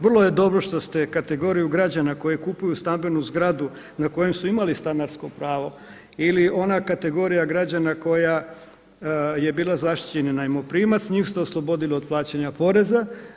Vrlo je dobro što ste kategoriju građana koji kupuju stambenu zgradu na kojoj su imali stanarsko pravo ili ona kategorija građana koja je bila zaštićeni najmoprimac njih ste oslobodili od plaćanja poreza.